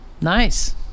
Nice